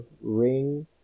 ring